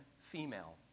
female